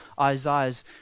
Isaiah's